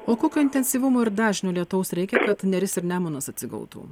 o kokio intensyvumo ir dažnio lietaus reikia kad neris ir nemunas atsigautų